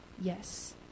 Yes